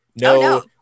No